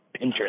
Pinterest